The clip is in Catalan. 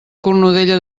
cornudella